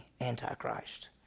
antichrist